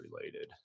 related